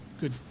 good